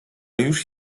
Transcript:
już